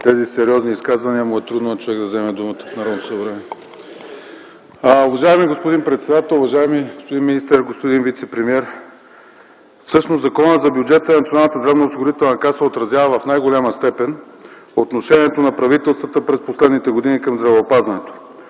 тези сериозни изказвания му е трудно на човек да вземе думата в Народното събрание. Уважаеми господин председател, уважаеми господин министър, господин вицепремиер! Всъщност Законът за бюджета на Националната здравноосигурителна каса отразява в най-голяма степен отношението на правителствата през последните години към здравеопазването.